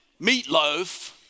meatloaf